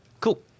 cool